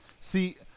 See